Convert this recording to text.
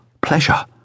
pleasure